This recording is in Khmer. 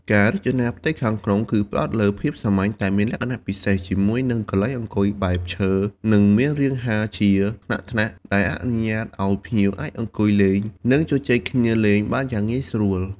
ការរចនាផ្ទៃខាងក្នុងគឺផ្តោតលើភាពសាមញ្ញតែមានលក្ខណៈពិសេស ជាមួយនឹងកន្លែងអង្គុយបែបឈើ និងមានរានហាលជាថ្នាក់ៗ ដែលអនុញ្ញាតឱ្យភ្ញៀវអាចអង្គុយលេង និងជជែកគ្នាលេងបានយ៉ាងងាយស្រួល ។